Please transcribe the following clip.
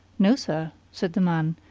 no, sir, said the man,